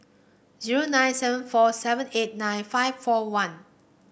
zero nine seven four seven eight nine five four one